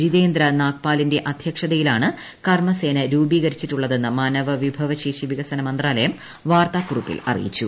ജിതേന്ദ്ര നാഗ്പാലിന്റെ അധ്യക്ഷതയിലാണ് കർമ സേന രൂപീകരിച്ചിട്ടുള്ളതെന്ന് മാനവ വിഭവശേഷി വികസന മന്ത്രാലയം വാർത്താകുറിപ്പിൽ അറിയിച്ചു